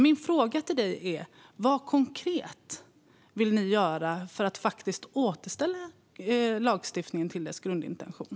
Min fråga till dig är: Vad vill ni konkret göra för att återställa lagstiftningen till dess grundintention?